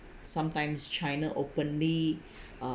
sometimes china openly uh